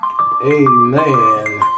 Amen